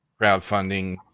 crowdfunding